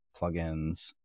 plugins